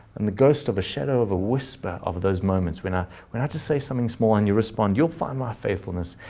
and the ghost of shadow of a whisper of those moments, when i when i just say something small and you respond, you'll find my faithfulness.